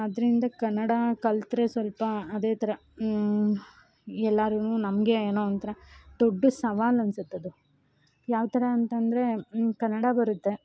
ಅದ್ರಿಂದ ಕನ್ನಡ ಕಲಿತ್ರೇ ಸ್ವಲ್ಪ ಅದೇ ಥರ ಎಲ್ಲಾರು ನಮಗೆ ಏನೋ ಒಂಥರ ದೊಡ್ಡ ಸವಾಲು ಅನ್ಸತ್ತೆ ಅದು ಯಾವ್ತರ ಅಂತಂದರೆ ಕನ್ನಡ ಬರುತ್ತೆ